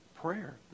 prayer